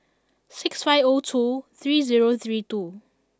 six five O two three zero three two